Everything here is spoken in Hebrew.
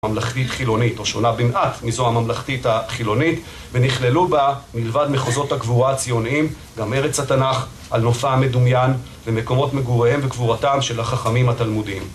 ממלכתית חילונית, או שונה במעט מזו הממלכתית החילונית, ונכללו בה, מלבד מחוזות הגבורה הציוניים, גם ארץ התנ״ך, על נופה המדומיין, ומקומות מגוריהם וקבורתם של החכמים התלמודיים.